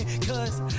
Cause